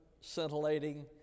scintillating